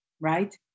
right